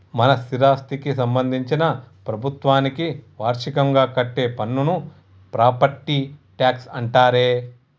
మన స్థిరాస్థికి సంబందించిన ప్రభుత్వానికి వార్షికంగా కట్టే పన్నును ప్రాపట్టి ట్యాక్స్ అంటారే